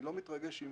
אני לא מתרגש אם